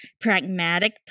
pragmatic